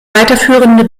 weiterführende